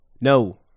No